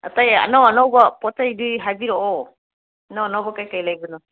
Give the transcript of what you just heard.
ꯑꯇꯩ ꯑꯅꯧ ꯑꯅꯧꯕ ꯄꯣꯠ ꯆꯩꯗꯤ ꯍꯥꯏꯕꯤꯔꯛꯑꯣ ꯑꯅꯧ ꯑꯅꯧꯕ ꯀꯩꯀꯩ ꯂꯩꯕꯅꯣ